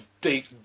deep